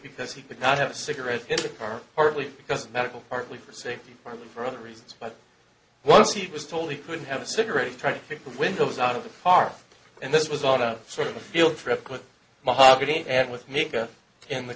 because he could not have a cigarette in the car partly because of medical partly for safety partly for other reasons but once he was told he couldn't have a cigarette he tried to keep the windows out of the far and this was on a sort of a field trip with mahogany and with mika in the